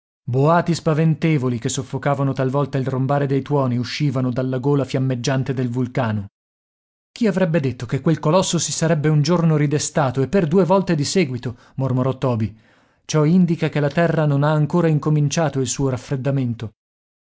scoppiando boati spaventevoli che soffocavano talvolta il rombare dei tuoni uscivano dalla gola fiammeggiante del vulcano chi avrebbe detto che quel colosso si sarebbe un giorno ridestato e per due volte di seguito mormorò toby ciò indica che la terra non ha ancora incominciato il suo raffreddamento